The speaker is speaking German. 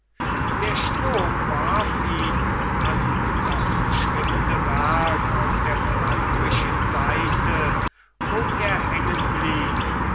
der strom warf ihn an das schwimmende werk auf der flandrischen seite wo er hängen blieb